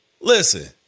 Listen